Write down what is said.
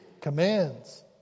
commands